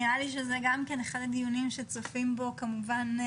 נראה לי שזה אחד הדיונים שצופים בו לא מעט